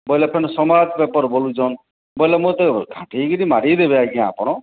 ବୋଇଲେ ଫୁଣି ସମ୍ବାଦ ପେପର୍ ବୋଲୁଛନ୍ ବୋଇଲେ ମୁଁ ତ ଘାଣ୍ଟି ହେଇକିରି ମାରିଦେବେ ଆଜ୍ଞା ଆପଣ